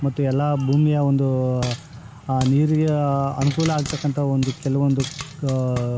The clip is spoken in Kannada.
ಮತ್ತು ಎಲ್ಲ ಭೂಮಿಯ ಒಂದು ನೀರಿಗೆ ಅನುಕೂಲ ಆಗ್ತಕ್ಕಂಥ ಒಂದು ಕೆಲವೊಂದು ಕಾ